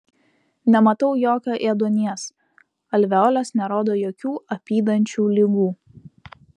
nematau jokio ėduonies alveolės nerodo jokių apydančių ligų